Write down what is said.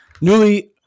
newly